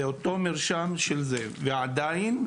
ועדיין,